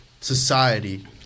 Society